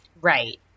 Right